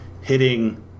Hitting